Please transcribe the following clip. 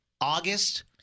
August